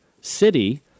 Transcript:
city